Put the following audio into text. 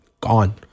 gone